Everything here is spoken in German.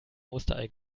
osterei